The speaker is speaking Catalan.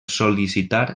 sol·licitar